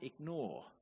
ignore